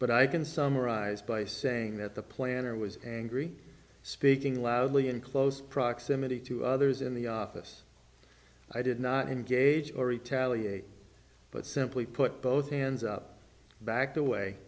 but i can summarize by saying that the planner was angry speaking loudly in close proximity to others in the office i did not engage or retaliate but simply put both hands up backed away